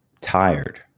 tired